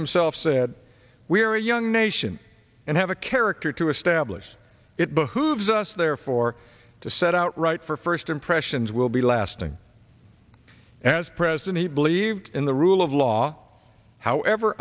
himself said we are a young nation and have a character to establish it behooves us therefore to set out right for first impressions will be lasting as president he believes in the rule of law however